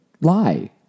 Lie